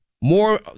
more